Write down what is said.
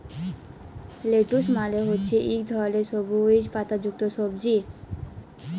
lettuce মালে হছে ইক ধরলের সবুইজ পাতা যুক্ত সবজি